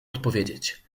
odpowiedzieć